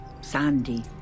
Sandy